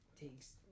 takes